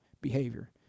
behavior